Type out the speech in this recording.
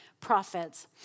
prophets